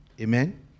Amen